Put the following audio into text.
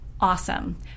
awesome